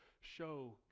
show